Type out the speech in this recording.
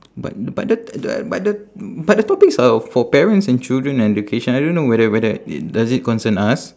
but but the but but the topics are for parents and children and education I don't know whether whether it does it concern us